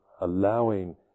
allowing